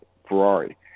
Ferrari